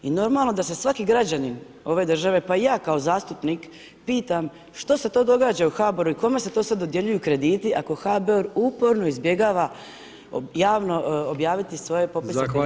I normalno da se svaki građani ove države pa i ja kao zastupnik pitam što se to događa u HBOR-u i kome se to sve dodjeljuju krediti ako HBOR uporno izbjegava javno objaviti svoje popise … korisnika?